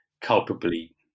culpably